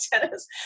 tennis